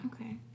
Okay